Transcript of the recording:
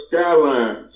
skyline